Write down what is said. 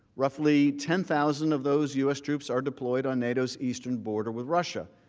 roughly ten thousand of those u s. troops are deployed on nato's eastern border with russia,